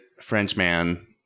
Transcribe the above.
Frenchman